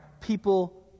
people